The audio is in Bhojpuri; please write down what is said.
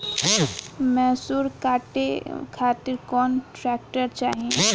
मैसूर काटे खातिर कौन ट्रैक्टर चाहीं?